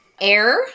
Air